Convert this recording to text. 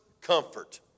comfort